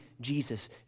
Jesus